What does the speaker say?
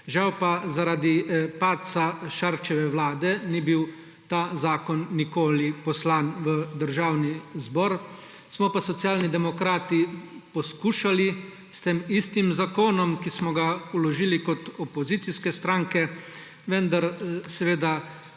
Žal pa zaradi padca Šarčeve vlade ni bil ta zakon nikoli poslan v Državni zbor. Smo pa Socialni demokrati poskušali s tem istim zakonom, ki smo ga vložili kot opozicijske stranke, vendar seveda